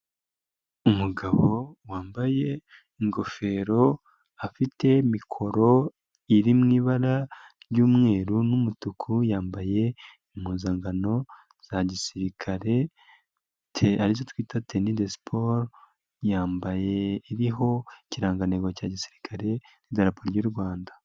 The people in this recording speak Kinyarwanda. Umugabo wambaye ingofero afite mikoro iri mu ibara ry'umweru n'umutuku yambaye impuzankano za gisirikare, te ari zo twita teni de siporo, yambaye iriho ikirangantego cya gisirikare rya repubulika y'u Rwanda.